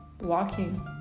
walking